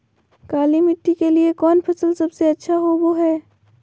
काली मिट्टी के लिए कौन फसल सब से अच्छा होबो हाय?